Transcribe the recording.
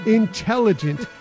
intelligent